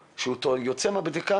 ואני שמח גם ומודה לך שהזכרת קודם כל,